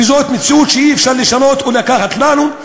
וזאת מציאות שאי-אפשר לשנות או לקחת לנו.